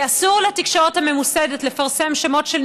כי אסור לתקשורת הממוסדת לפרסם שמות של